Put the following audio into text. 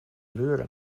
lura